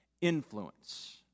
influence